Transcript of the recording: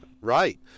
Right